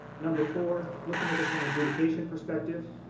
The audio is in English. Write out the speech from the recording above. number four, looking at this from adjudication perspective.